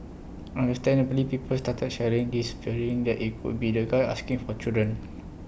understandably people started sharing this fearing that IT could be the guy asking for children